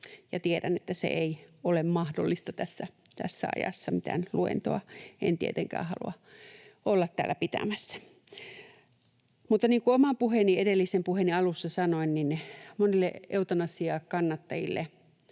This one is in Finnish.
tiedän, että se ei ole mahdollista tässä ajassa. Mitään luentoa en tietenkään halua olla täällä pitämässä. Mutta niin kuin edellisen oman puheeni alussa sanoin, niin monilla eutanasian kannattajilla